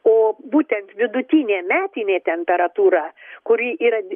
o būtent vidutinė metinė temperatūra kuri yra